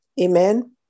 amen